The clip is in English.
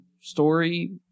story